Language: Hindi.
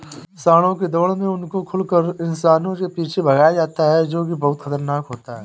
सांडों की दौड़ में उनको खुला छोड़कर इंसानों के पीछे भगाया जाता है जो की बहुत खतरनाक होता है